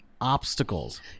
obstacles